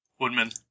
Woodman